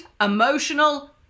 emotional